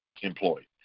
employed